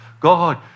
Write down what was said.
God